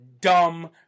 dumb